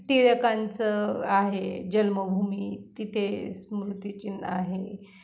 टिळकांचं आहे जन्मभूमी तिथे स्मृतिचिन्ह आहे